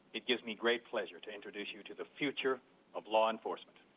it gives me great pleasure to introduce you to the future of law enforcement.